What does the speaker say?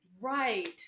right